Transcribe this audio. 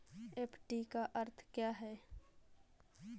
FD का अर्थ क्या है?